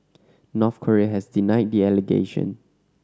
North Korea has denied the allegation